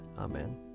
Amen